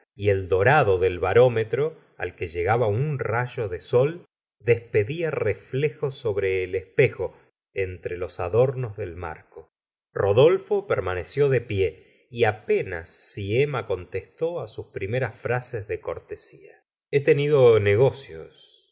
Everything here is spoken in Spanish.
y el dorado del barómetro al que llegaba un rayo de sol despedía reflejos sobre él espejo entre los adornos del marco rodolfo permaneció de pie y apenas si emma contestó sus primeras frases de cortesía he tenido negocios